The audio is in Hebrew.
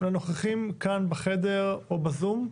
לנוכחים כאן בחדר או בזום?